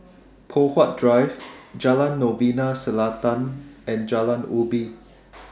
Poh Huat Drive Jalan Novena Selatan and Jalan Ubi